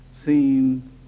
seen